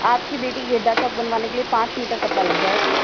आपकी बेटी की घेरदार फ्रॉक बनवाने के लिए पाँच मीटर कपड़ा लग जाएगा